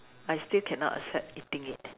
I still cannot accept eating it